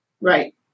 Right